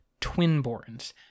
twinborns